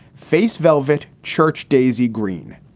face velvet. church. daisy green.